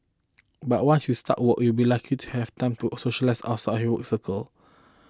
but once you start work you'll be lucky to have time to socialise outside work circle